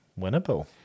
Winnable